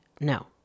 No